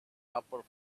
upper